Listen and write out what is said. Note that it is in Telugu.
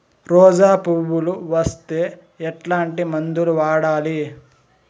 రోజా పువ్వులు వస్తే ఎట్లాంటి మందులు వాడాలి?